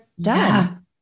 done